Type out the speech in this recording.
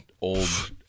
old